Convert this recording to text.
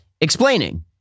Explaining